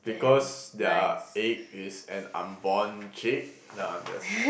because their egg is an unborn chick no I'm just